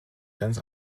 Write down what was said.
ganz